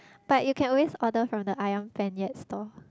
but you can always order from the Ayam-Penyet store